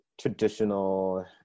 traditional